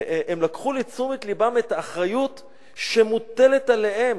הם לקחו לתשומת לבם את האחריות שמוטלת עליהם.